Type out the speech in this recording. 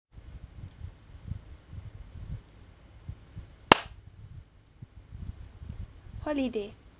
holiday